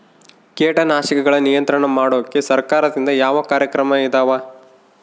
ಕೇಟನಾಶಕಗಳ ನಿಯಂತ್ರಣ ಮಾಡೋಕೆ ಸರಕಾರದಿಂದ ಯಾವ ಕಾರ್ಯಕ್ರಮ ಇದಾವ?